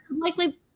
likely